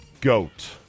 GOAT